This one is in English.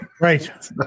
Right